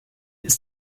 ist